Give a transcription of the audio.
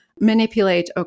manipulate